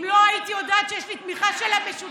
אם לא הייתי יודעת שיש לי תמיכה של המשותפת,